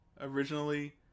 originally